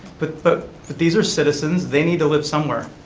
but but these are citizens. they need to live somewhere,